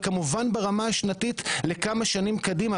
וכמובן ברמה השנתית לכמה שנים קדימה,